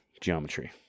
geometry